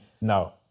No